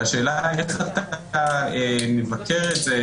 והשאלה איך אחר כך אתה מבקר את זה,